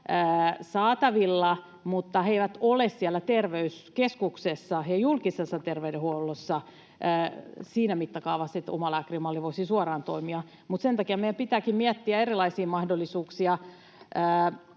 saatavilla, mutta he eivät ole siellä terveyskeskuksessa ja julkisessa terveydenhuollossa siinä mittakaavassa, että omalääkärimalli voisi suoraan toimia. Mutta sen takia meidän pitääkin miettiä erilaisia mahdollisuuksia: